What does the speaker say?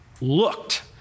looked